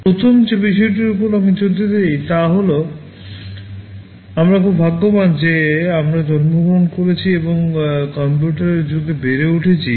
প্রথম যে বিষয়টির উপরে আমি জোর দিতে চাই তা হল আমরা খুব ভাগ্যবান যে আমরা জন্মগ্রহণ করেছি এবং কম্পিউটিংয়ের যুগে বেড়ে উঠেছি